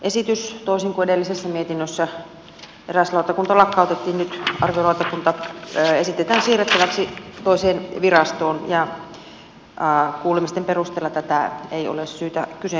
toisin kuin edellisessä mietinnössä eräs lautakunta lakkautettiin nyt arviolautakunta esitetään siirrettäväksi toiseen virastoon ja kuulemisten perusteella tätä ei ole syytä kyseenalaistaa